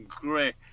great